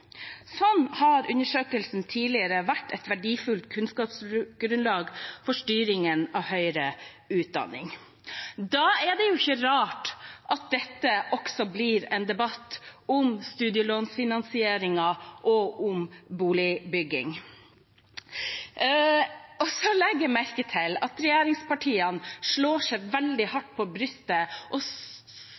Sånn har undersøkelsen tidligere vært et verdifullt kunnskapsgrunnlag for styringen av høyere utdanning. Da er det jo ikke rart at dette også blir en debatt om studielånsfinansieringen og om boligbygging. Så legger jeg merke til at regjeringspartiene slår seg veldig hardt på brystet og